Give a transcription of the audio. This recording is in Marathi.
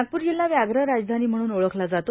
नागपूर जिल्हा व्याघ्र राजधानी म्हणून ओळखला जातो